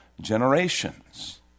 generations